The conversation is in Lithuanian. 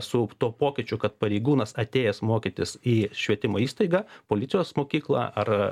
su tuo pokyčiu kad pareigūnas atėjęs mokytis į švietimo įstaigą policijos mokyklą ar